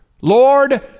Lord